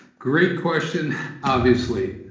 great question obviously.